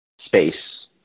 space